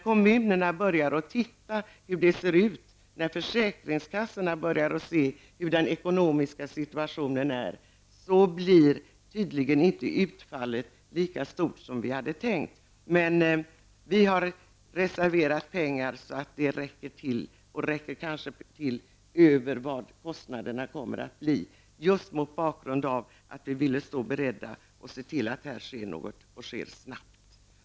Kommunerna och försäkringskassorna har nu börjat titta på hur den ekonomiska situationen ser ut för pensionärerna. Utfallet blir tydligen inte sådant som vi först hade befarat, men vi har reserverat pengar så att det skall räcka, och kanske räcka till över vad kostnaderna kommer att bli. Vi ville stå beredda och ville se till att någonting sker och sker snabbt.